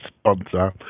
sponsor